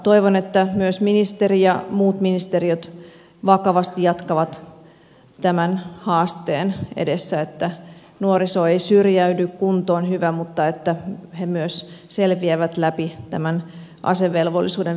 toivon että myös ministeri ja muut ministeriöt vakavasti jatkavat tämän haasteen edessä että nuoriso ei syrjäydy kunto on hyvä ja että he myös selviävät asevelvollisuuden velvoitteista